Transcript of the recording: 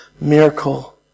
miracle